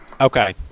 Okay